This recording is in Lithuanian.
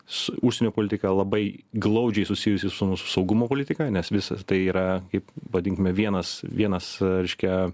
su užsienio politika labai glaudžiai susijusi su mūsų saugumo politika nes visa tai yra kaip vadinkime vienas vienas reiškia